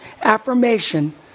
affirmation